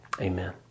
Amen